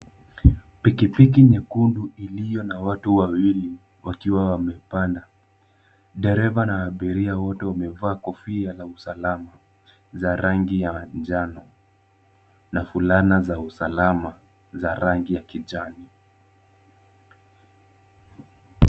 Pikipiki nyekundu iliyo na watu wawili, wakiwa wamepanda. Dereva na abiria wote wamevaa kofia la usalama za rangi ya manjano na fulana za usalama, za rangi ya kijani.